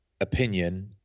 opinion